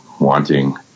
wanting